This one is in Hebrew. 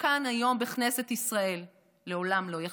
כאן היום בכנסת ישראל לעולם לא יכבה.